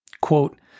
Quote